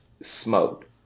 Smoked